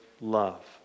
love